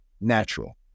natural